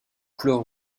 couleur